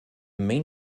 main